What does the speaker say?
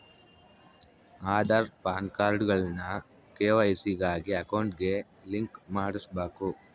ಆದಾರ್, ಪಾನ್ಕಾರ್ಡ್ಗುಳ್ನ ಕೆ.ವೈ.ಸಿ ಗಾಗಿ ಅಕೌಂಟ್ಗೆ ಲಿಂಕ್ ಮಾಡುಸ್ಬಕು